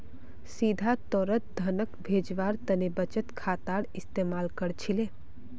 सीधा तौरत धनक भेजवार तने बचत खातार इस्तेमाल कर छिले